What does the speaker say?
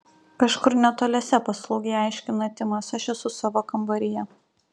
kažkur netoliese paslaugiai aiškina timas aš esu savo kambaryje